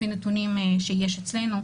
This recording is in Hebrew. לפי נתונים שיש אצלנו,